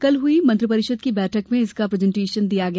कल हई मंत्रिपरिषद की बैठक में इसका प्रजेन्टेशन दिया गया